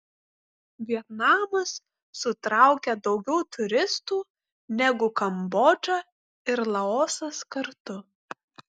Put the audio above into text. vietnamas sutraukia daugiau turistų negu kambodža ir laosas kartu